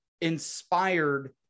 inspired